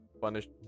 punish